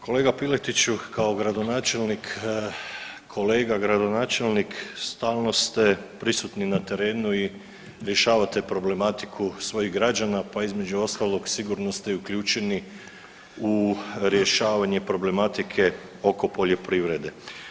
Kolega Piletiću, kao gradonačelnik, kolega gradonačelnik stalno ste prisutni na terenu i rješavate problematiku svojih građana pa između ostalog sigurno ste i uključeni u rješavanje problematike oko poljoprivrede.